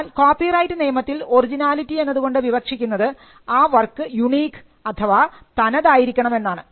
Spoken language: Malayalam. എന്നാൽ കോപ്പിറൈറ്റ് നിയമത്തിൽ ഒറിജിനാലിറ്റി എന്നതുകൊണ്ട് വിവക്ഷിക്കുന്നത് ആ വർക്ക് യൂണിക് അഥവാ തനതായിരിക്കണം എന്നാണ്